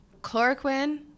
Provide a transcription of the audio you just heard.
Chloroquine